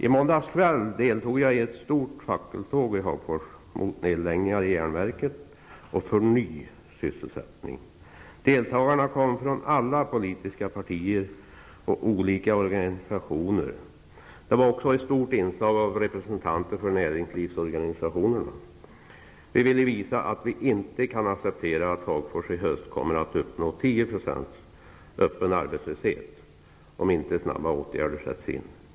I måndags kväll deltog jag i ett stort fackeltåg i Hagfors mot nedläggningar inom järnverket och för ny sysselsättning. Deltagarna kom från alla politiska partier och olika organisationer. Det var också ett stort inslag av representanter för näringslivsorganisationerna. Vi ville visa att vi inte kan acceptera att Hagfors i höst kommer att uppnå en öppen arbetslöshet på 10 % om inte åtgärder snabbt sätts in.